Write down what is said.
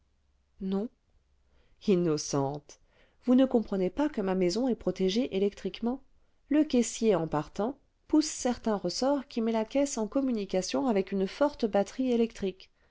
non innocente vous ne comprenez pas que ma maison est protégée électriquement le caissier en partant pousse certain ressort qui met la caisse en communication avec une forte batterie électrique